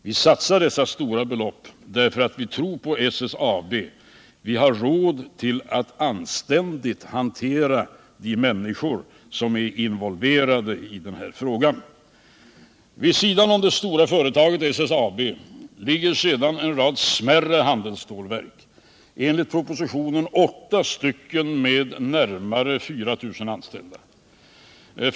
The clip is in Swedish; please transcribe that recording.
Vi satsar dessa stora belopp, därför att vi tror på SSAB. Vi har råd att anständigt hantera de människor som är involverade i denna fråga. Vid sidan av det stora företaget SSAB ligger sedan en rad smärre handelsstålverk, enligt propositionen 8 stycken med närmare 4 000 anställda.